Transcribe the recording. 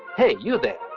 hey, you there.